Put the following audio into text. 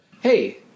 hey